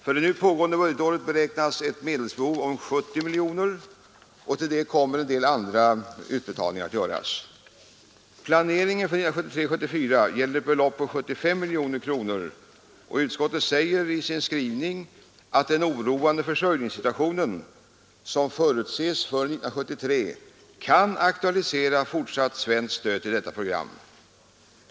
För nu pågående budgetår beräknas ett medelsbehov av 70 miljoner kronor. Till detta kommer sedan en del andra utbetalningar. Planeringen för 1973/74 gäller ett belopp på 75 miljoner kronor, och utskottet säger i sin skrivning att den oroande försörjningssituation som förutses för 1973 kan aktualisera fortsatt svenskt stöd till detta program.